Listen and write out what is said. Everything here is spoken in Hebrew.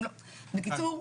בקיצור,